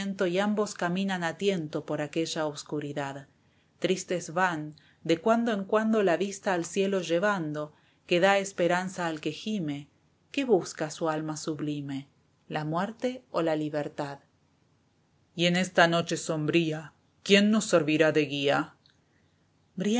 y ambos caminan a tiento por aquella oscuridad tristes van de cuando en cuando la vista al cielo llevando que da esperanza al que gime qué busca su alma sublime la muerte o la libertad esteban echeverría y en esta noche sombría quién nos servirá de guía